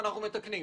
ואנחנו מתקנים".